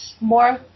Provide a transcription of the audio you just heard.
more